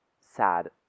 sad